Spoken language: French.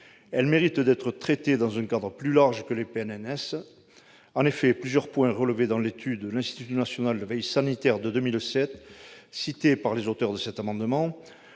elle mérite d'être traitée dans un cadre plus large que les PNNS. En effet, plusieurs points relevés dans l'étude de l'Institut national de veille sanitaire de 2007, citée par les auteurs de cet amendement,